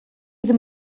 ddim